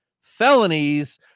felonies